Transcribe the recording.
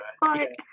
Bye